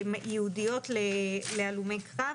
ייעודיות להלומי קרב,